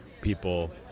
people